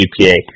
GPA